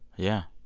yeah.